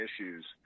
issues